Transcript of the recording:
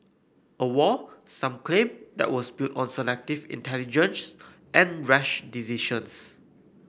a war some claim that was built on selective intelligence and rash decisions